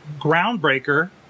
groundbreaker